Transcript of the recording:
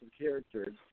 characters